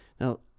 Now